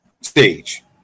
stage